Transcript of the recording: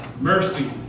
mercy